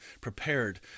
prepared